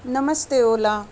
नमस्ते ओला